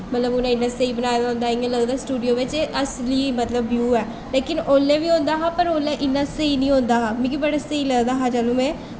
मतलब उ'नें इन्ना स्हेई बना दा होंदा इ'यां लगदा स्टूडियो बिच्च असली मतलब व्यू ऐ लेकिन उसलै बी होंदा हा पर इन्ना स्हेई निं होंदा हा बड़ा स्हेई लगदा हा जदूं में